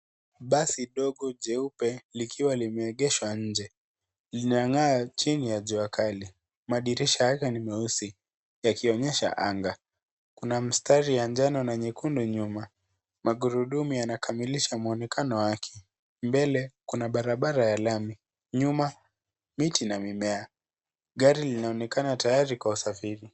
Basi dogo jeupe likiwa limeegeshwa nje. Linang'aa chini ya jua kali. Madirisha yake ni meusi yakionyesha anga. Kuna mstari wa njano nyekundu nyuma. Magurudumu yanakamilisha muonekano wake. Mbele yake kuna barabara ya lami. Nyuma miti na mimea. Gari linaonekana tayari kwa usafiri.